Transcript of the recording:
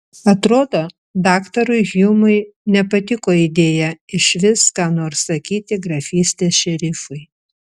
atrodo daktarui hjumui nepatiko idėja išvis ką nors sakyti grafystės šerifui